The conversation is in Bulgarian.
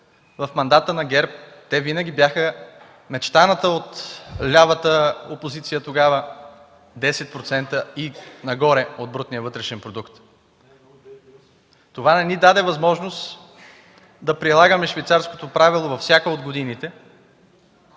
в мандата на ГЕРБ те винаги бяха мечтаните от лявата опозиция тогава 10% и нагоре от брутния вътрешен продукт. (Реплика на министър Хасан Адемов.) Това не ни даде възможност да прилагаме швейцарското правило във всяка от годините,